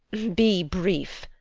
be brief,